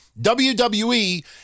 WWE